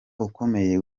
ukomeye